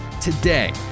Today